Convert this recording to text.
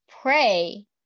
pray